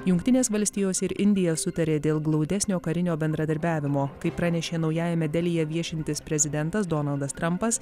jungtinės valstijos ir indija sutarė dėl glaudesnio karinio bendradarbiavimo kaip pranešė naujajame delyje viešintis prezidentas donaldas trampas